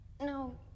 No